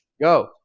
go